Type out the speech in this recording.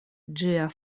ĝia